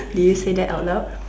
did you say that out loud